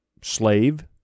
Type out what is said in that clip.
slave